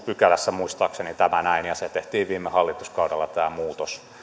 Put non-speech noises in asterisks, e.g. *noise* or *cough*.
*unintelligible* pykälässä muistaakseni on tämä näin ja tämä muutos tehtiin viime hallituskaudella